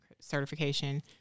certification